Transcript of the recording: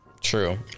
True